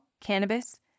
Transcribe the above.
cannabis